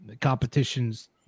competitions